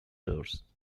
doors